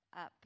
up